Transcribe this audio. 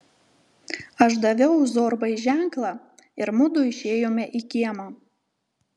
aš daviau zorbai ženklą ir mudu išėjome į kiemą